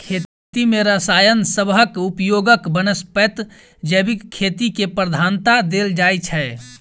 खेती मे रसायन सबहक उपयोगक बनस्पैत जैविक खेती केँ प्रधानता देल जाइ छै